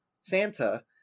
Santa